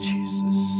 Jesus